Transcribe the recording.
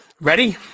Ready